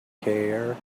care